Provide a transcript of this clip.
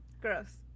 Gross